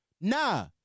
Nah